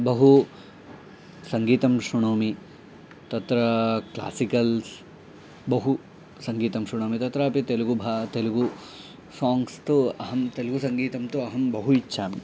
बहु सङ्गीतं शृणोमि तत्र क्लासिकल्स् बहु सङ्गीतं श्रुणोमि तत्रापि तेलुगुभाषा तेलुगु साङ्ग्स् तु अहं तेलुगुसङ्गीतं तु अहं बहु इच्छामि